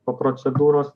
po procedūros